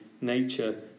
nature